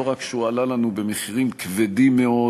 לא רק שהוא עלה לנו במחירים כבדים מאוד